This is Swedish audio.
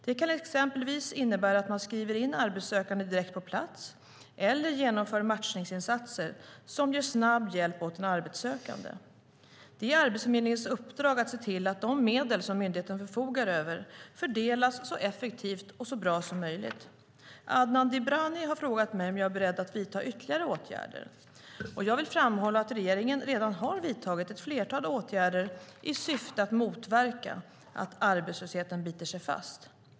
Det kan exempelvis innebära att man skriver in arbetssökande direkt på plats eller genomför matchningsinsatser som ger snabb hjälp åt den arbetssökande. Det är Arbetsförmedlingens uppdrag att se till att de medel som myndigheten förfogar över fördelas så effektivt och så bra som möjligt. Adnan Dibrani har frågat mig om jag är beredd att vidta ytterligare åtgärder. Jag vill framhålla att regeringen redan har vidtagit ett flertal åtgärder i syfte att motverka att arbetslösheten biter sig fast.